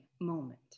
moment